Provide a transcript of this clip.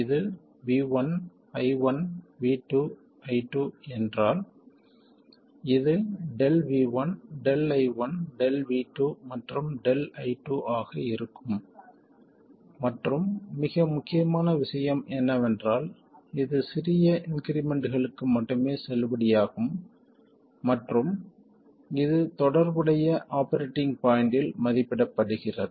இது V1 I1 V2 I2 என்றால் இது Δ V1 Δ I1 Δ V2 மற்றும் Δ I2 ஆக இருக்கும் மற்றும் மிக முக்கியமான விஷயம் என்னவென்றால் இது சிறிய இன்க்ரிமெண்ட்களுக்கு மட்டுமே செல்லுபடியாகும் மற்றும் இது தொடர்புடைய ஆபரேட்டிங் பாய்ண்ட்டில் மதிப்பிடப்படுகிறது